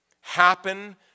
happen